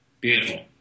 Beautiful